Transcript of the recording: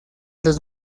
los